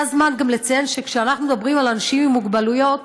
זה הזמן גם לציין שכשאנחנו מדברים על אנשים עם מוגבלויות,